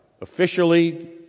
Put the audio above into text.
officially